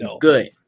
good